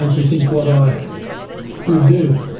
like me think what i would do,